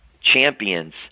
champions